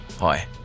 hi